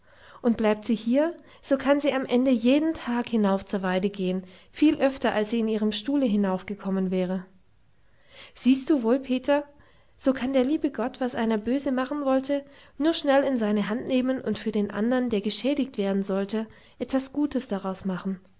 und bleibt sie hier so kann sie am ende jeden tag hinauf zur weide gehen viel öfter als sie in ihrem stuhle hinaufgekommen wäre siehst du wohl peter so kann der liebe gott was einer böse machen wollte nur schnell in seine hand nehmen und für den andern der geschädigt werden sollte etwas gutes daraus machen